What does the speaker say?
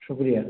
शुक्रिया